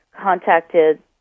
contacted